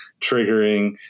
triggering